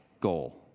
goal